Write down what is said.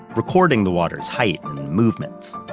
recording the water's height movements.